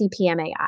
CPMAI